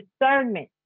discernment